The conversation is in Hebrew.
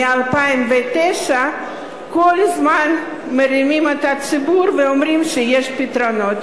מ-2009 כל הזמן מרמים את הציבור ואומרים שיש פתרונות.